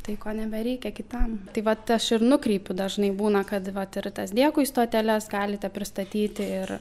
tai ko nebereikia kitam tai vat aš ir nukreipiu dažnai būna kad vat ir tas dėkui stoteles galite pristatyti ir